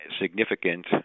significant